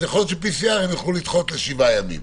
אולי עליהן יוכלו לדחות לשבעה ימים.